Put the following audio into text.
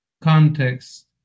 context